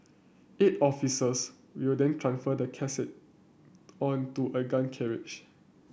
eight officers will then transfer the casket onto a gun carriage